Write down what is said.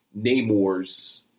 Namor's